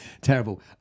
terrible